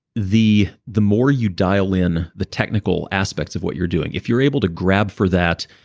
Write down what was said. the the more you dial in the technical aspects of what you're doing. if you're able to grab for that